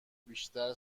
بیشتر